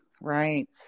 right